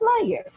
player